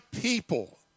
people